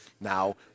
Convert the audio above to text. Now